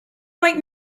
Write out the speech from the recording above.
quite